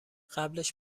قبلش